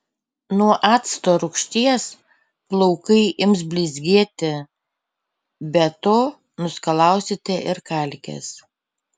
nuo acto rūgšties plaukai ims blizgėti be to nuskalausite ir kalkes